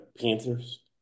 Panthers